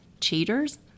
cheaters